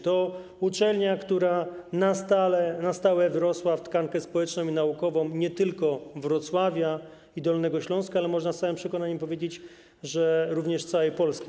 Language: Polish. To uczelnia, która na stałe wrosła w tkankę społeczną i naukową nie tylko Wrocławia i Dolnego Śląska, ale można z całym przekonaniem powiedzieć, że również całej Polski.